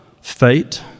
fate